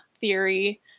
theory